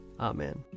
Amen